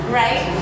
right